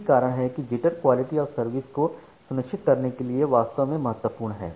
यही कारण है कि जिटर क्वालिटी ऑफ़ सर्विस को सुनिश्चित करने के लिए वास्तव में महत्वपूर्ण है